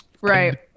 right